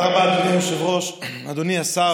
אני קובע שהצעת חוק פנייה לגופים ציבוריים באמצעי קשר דיגיטליים (תיקון)